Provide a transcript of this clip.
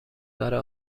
برای